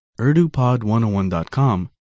urdupod101.com